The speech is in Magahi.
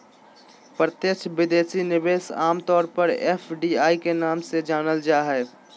प्रत्यक्ष विदेशी निवेश आम तौर पर एफ.डी.आई के नाम से जानल जा हय